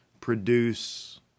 produce